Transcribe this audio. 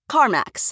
Carmax